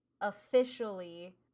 officially